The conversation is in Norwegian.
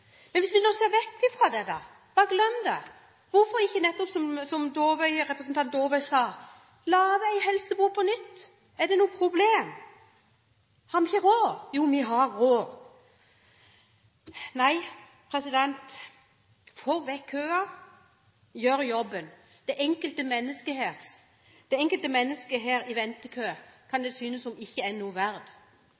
Men hvis vi ser vekk fra det, bare glemmer det, hvorfor ikke gjøre det representanten Dåvøy foreslo, og lage en helsebro på nytt? Er det noe problem – har vi ikke råd? Jo, vi har råd. Nei, få vekk køen, gjør jobben. Det enkelte mennesket her i ventekøen kan